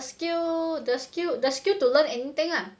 the skill the skill the skill to learn anything lah